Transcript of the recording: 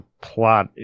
plot